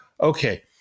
Okay